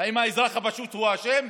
האם האזרח הפשוט הוא האשם?